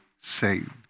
saved